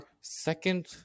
second